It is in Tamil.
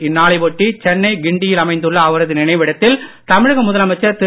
இந்நாளை ஒட்டி சென்னை கிண்டியில் அமைந்துள்ள அவரது நினைவிடத்தில் தமிழக முதலமைச்சர் திரு